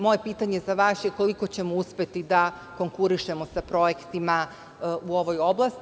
Moje pitanje za vas je – koliko ćemo uspeti da konkurišemo sa projektima u ovoj oblasti?